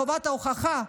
חובת ההוכחה,